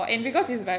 ya ya ya